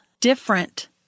different